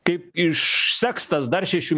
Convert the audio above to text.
kaip išseks tas dar šešių